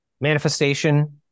manifestation